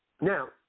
Now